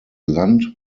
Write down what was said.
land